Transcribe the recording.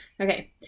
Okay